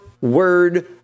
word